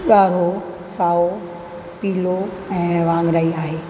ॻाढ़ो साओ पीलो ऐं वाङणाई आहे